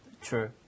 True